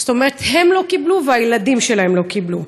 זאת אומרת, הם לא קיבלו, והילדים שלהם לא קיבלו.